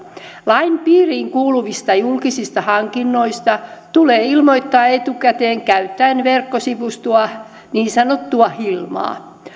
lain piiriin kuuluvista julkisista hankinnoista tulee ilmoittaa etukäteen käyttäen verkkosivustoa niin sanottua hilmaa